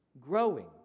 growing